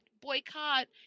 boycott